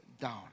down